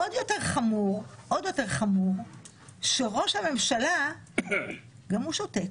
עוד יותר חמור זה שראש הממשלה גם הוא שותק.